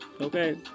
Okay